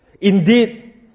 Indeed